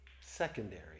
secondary